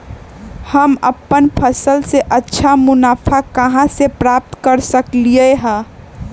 हम अपन फसल से अच्छा मुनाफा कहाँ से प्राप्त कर सकलियै ह?